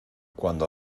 cuando